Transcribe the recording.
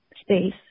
space